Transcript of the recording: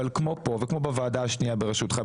אבל כמו פה וכמו בוועדה השנייה בראשותך,